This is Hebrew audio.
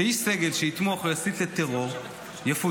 שאיש סגל שיתמוך או יסית לטרור יפוטר,